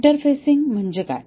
interfacing म्हणजे काय